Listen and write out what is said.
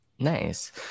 Nice